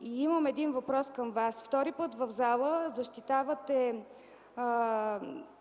Имам един въпрос към Вас: втори път в пленарната зала защитавате